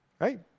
Right